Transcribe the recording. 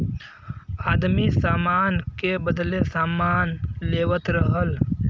आदमी सामान के बदले सामान लेवत रहल